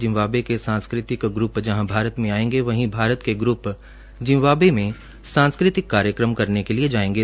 Zimbabwe के सांस्कृतिक group जहां भारत में आएंगे वहीं भारत के ग्रप जिम्बार्व में सांस्कृतिक कार्यक्रम करने के लिए जाएंगे